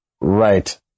Right